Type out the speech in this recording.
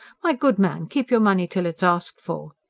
my good man, keep your money till it's asked for!